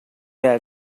had